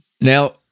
Now